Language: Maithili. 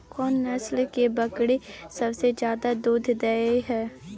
कोन नस्ल के बकरी सबसे ज्यादा दूध दय हय?